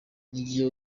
igihe